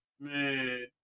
man